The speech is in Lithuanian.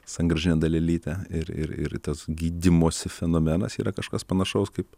sangrąžinę dalelytę ir ir ir tas gydymosi fenomenas yra kažkas panašaus kaip